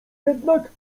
jednak